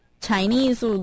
Chinese